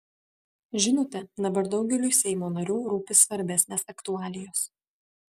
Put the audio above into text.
žinote dabar daugeliui seimo narių rūpi svarbesnės aktualijos